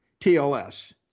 TLS